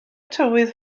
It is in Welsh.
tywydd